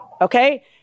Okay